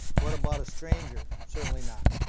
what about a stranger? certainly not.